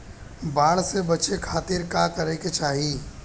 बाढ़ से बचे खातिर का करे के चाहीं?